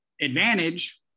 advantage